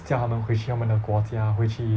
叫他们回去他们的国家叫他们回去